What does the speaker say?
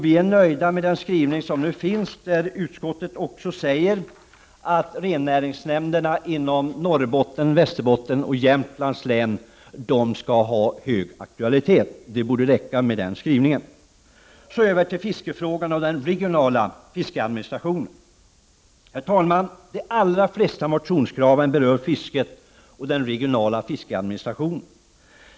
Vi är nöjda med den skrivning i betänkandet där vi säger att rennäringsnämnderna i Norrbottens, Västerbottens och Jämtlands län skall ha hög aktualitet. Det borde räcka med den skrivningen. Jag går så över till fiskefrågorna och den regionala fiskeadministrationen. De allra flesta motionskraven berör fisket och den regionala fiskeadministrationen.